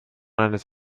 eines